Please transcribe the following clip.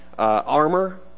Armor